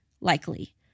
likely